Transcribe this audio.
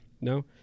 No